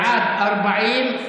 בעד, 40,